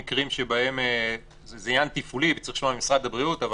זה עניין תפעולי וצריך לשמוע את משרד הבריאות אבל